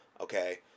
okay